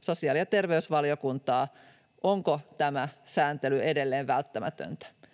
sosiaali‑ ja terveysvaliokuntaa harkitsemaan, onko tämä edelleen välttämätöntä